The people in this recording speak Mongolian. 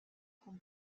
хүн